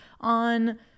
on